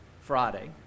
Friday